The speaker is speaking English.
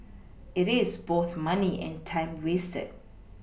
it is both money and time wasted